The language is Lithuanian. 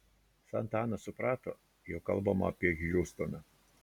santa ana suprato jog kalbama apie hiustoną